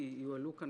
כי יועלו כאן,